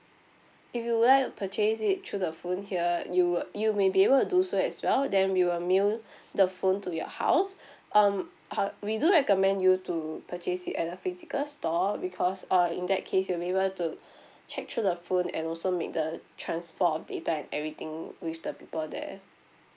if you would like to purchase it through the phone here you would you may be able do so as well then we will mail the phone to your house um how we do recommend you to purchase it at a physical store because uh in that case you'll be able to check through the phone and also make the transfer of data and everything with the people there